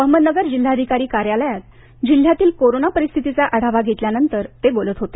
अहमदनगर जिल्हाधिकारी कार्यालयात जिल्ह्यातील कोरोना परिस्थितीचा आढावा घेतल्यानंतर ते बोलत होते